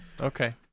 Okay